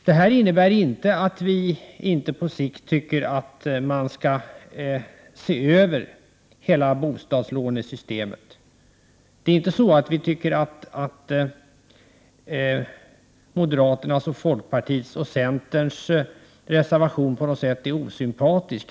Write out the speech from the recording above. Detta innebär inte att vi inte på sikt tycker att man skall se över hela bostadslånesystemet. Vi tycker dock inte att moderaternas, folkpartiets och centerpartiets reservation är osympatisk.